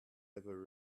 ever